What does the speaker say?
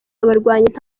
abarwanyi